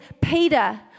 Peter